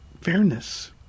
fairness